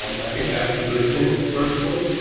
um i think that's a good thing personally.